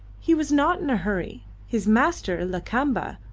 he was not in a hurry his master, lakamba,